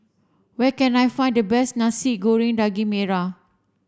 where can I find the best Nasi Goreng Daging Merah